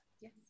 Yes